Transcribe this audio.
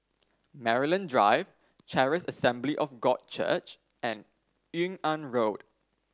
Maryland Drive Charis Assembly of God Church and Yung An Road